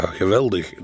geweldig